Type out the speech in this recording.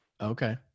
Okay